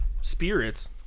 spirits